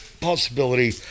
possibility